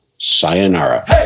Sayonara